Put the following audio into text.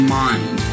mind